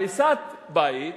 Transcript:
הריסת בית.